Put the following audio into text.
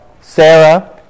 Sarah